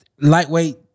lightweight